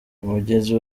umugezi